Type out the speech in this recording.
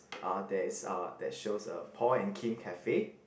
uh there is uh that shows a Paul and Kim cafe